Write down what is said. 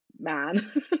man